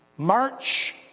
March